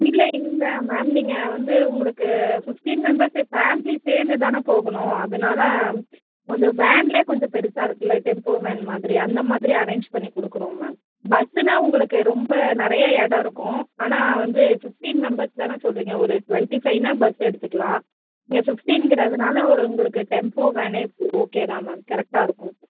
இல்லை இல்லை மேம் நீங்கள் வந்து உங்களுக்கு ஃபிஃப்ட்டீன் மெம்பர்ஸ்ஸு ஃபேம்லி சேர்ந்து தானே போகணும் அதனால இந்த வேன்லேயே கொஞ்சம் பெருசாக இருக்கும்ல டெம்ப்போ வேன் மாதிரி அந்த மாதிரி அரேஞ்ச் பண்ணிக் கொடுக்குறோம் மேம் பஸ்ஸுன்னா உங்களுக்கு ரொம்ப நிறையா இடம் இருக்கும் ஆனால் வந்து ஃபிஃப்ட்டீன் மெம்பர்ஸ் தானே சொல்கிறீங்க ஒரு ட்வெண்ட்டி ஃபைவுன்னா பஸ்ஸு எடுத்துக்கலாம் நீங்கள் ஃபிஃப்ட்டீன்ங்கிறதுனால ஒரு உங்களுக்கு டெம்ப்போ வேனே ஓகே தான் மேம் கரெக்டாக இருக்கும்